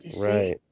right